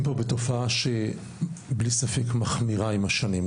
פה בתופעה שבלי ספק מחמירה עם השנים.